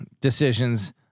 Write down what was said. decisions